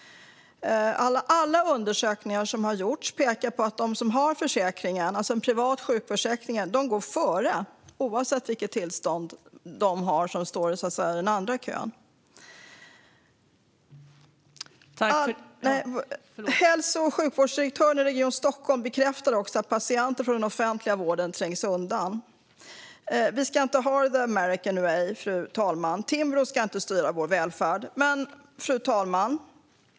Alla undersökningar som har gjorts pekar på att de som har en privat sjukförsäkring går före, oavsett tillståndet för dem som står i den andra kön. Hälso och sjukvårdsdirektörer i Stockholm bekräftar också att patienter från den offentliga vården trängs undan. Fru talman! Vi ska inte ha det the american way. Timbro ska inte styra vår välfärd.